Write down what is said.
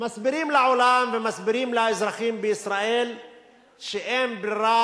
ומסבירים לעולם ומסבירים לאזרחים בישראל שאין ברירה,